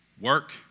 work